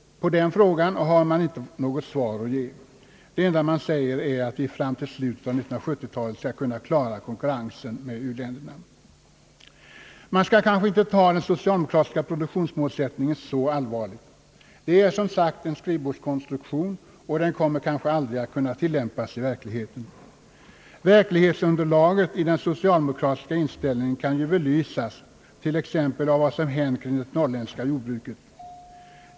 På den frågan har man inte något svar att ge. Det enda man säger är att vi fram till slutet av 1970 talet skall kunna klara konkurrensen med u-länderna. Man skall kanske inte ta den social demokratiska produktionsmålsättningen så allvarligt. Den är som sagt en skrivbordskonstruktion, och den kommer kanske aldrig att kunna tillämpas i verkligheten. Verklighetsunderlaget i den socialdemokratiska inställningen kan ju belysas t.ex. av vad som hänt kring det norrländska jordbruket.